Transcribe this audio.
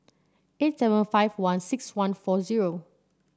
eight seven five one six one four zero